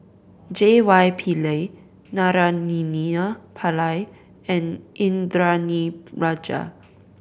J Y Pillay Naraina Pillai and Indranee Rajah